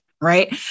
Right